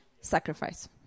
sacrifice